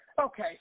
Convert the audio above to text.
Okay